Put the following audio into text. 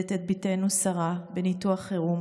ללדת את בתנו שרה בניתוח חירום